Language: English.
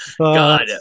God